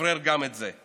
תדברר גם את זה.